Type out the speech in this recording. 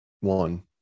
one